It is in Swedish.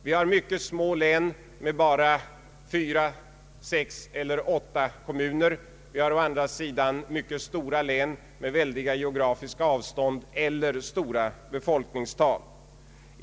Vi har mycket små län, med endast fyra, sex eller åtta kommuner. Vi har å andra sidan mycket stora län med väldiga geografiska avstånd eller stora befolkningstal.